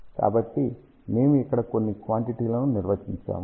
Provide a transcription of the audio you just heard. కాబట్టి మేము ఇక్కడ కొన్ని క్వాంటిటీ లను నిర్వచించాము